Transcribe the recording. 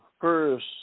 First